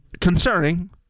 Concerning